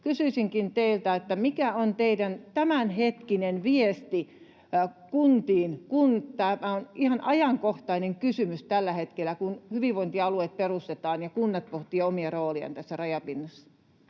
voitaisiin kehittää, mikä on teidän tämänhetkinen viestinne kuntiin? Tämä on ihan ajankohtainen kysymys tällä hetkellä, kun hyvinvointialueet perustetaan ja kunnat pohtivat omia roolejaan tässä rajapinnassa.